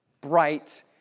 bright